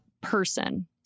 person